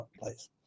place